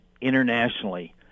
internationally